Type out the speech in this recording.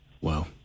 Wow